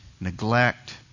neglect